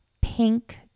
pink